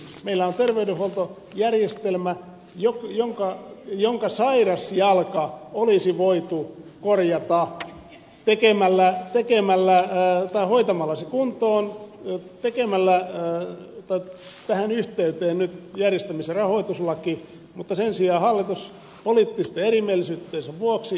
meillä on terveydenhuoltojärjestelmä jonka sairas jalka olisi voitu hoitaa kuntoon tekemällä tähän yhteyteen nyt järjestämis ja rahoituslaki mutta sen sijaan hallitus poliittisten erimielisyyksiensä vuoksi ei siihen pystynyt